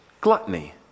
gluttony